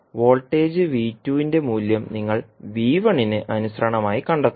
voltage ന്റെ മൂല്യം നിങ്ങൾ ന് അനുശ്രണമായി കണ്ടെത്തണം